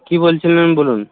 কী বলছিলেন বলুন